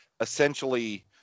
essentially